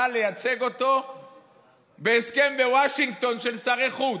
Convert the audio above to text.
לייצג אותו בהסכם בוושינגטון של שרי חוץ,